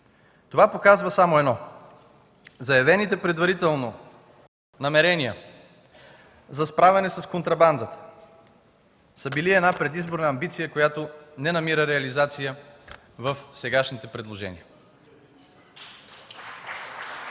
Това показва само едно – заявените предварително намерения за справяне с контрабандата са били една предизборна амбиция, която не намира реализация в сегашните предложения.